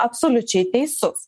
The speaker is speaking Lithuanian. absoliučiai teisus